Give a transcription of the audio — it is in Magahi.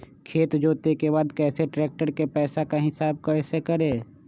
खेत जोते के बाद कैसे ट्रैक्टर के पैसा का हिसाब कैसे करें?